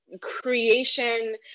creation